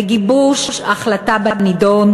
לגיבוש החלטה בנדון,